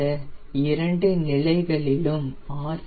இந்த இரண்டு நிலைகளிலும் ஆர்